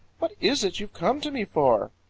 what is it you've come to me for?